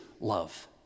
love